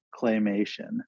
claymation